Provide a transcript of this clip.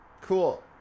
Cool